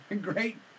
great